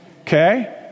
okay